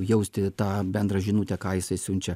jausti tą bendrą žinutę ką jisai siunčia